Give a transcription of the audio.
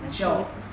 你需要